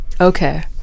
okay